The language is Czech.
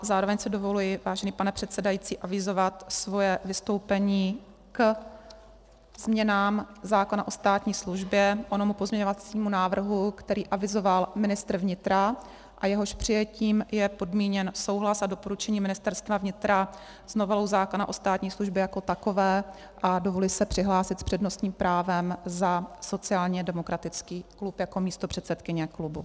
Zároveň si dovoluji, vážený pane předsedající, avizovat svoje vystoupení ke změnám zákona o státní službě k onomu pozměňovacímu návrhu, který avizoval ministr vnitra a jehož přijetím je podmíněn souhlas a doporučení Ministerstva vnitra s novelou zákona o státní službě jako takové, a dovoluji se přihlásit s přednostním právem za sociálně demokratický klub jako místopředsedkyně klubu.